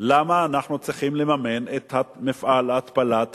למה אנחנו צריכים לממן את מפעל התפלת המים?